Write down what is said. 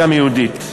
גם יהודית.